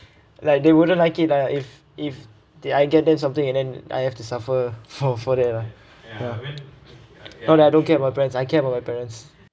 like they wouldn't like it ah if if I get them something and then I have to suffer for for that ah ya not that I don't care about friends I care about my parents